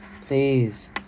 Please